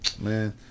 Man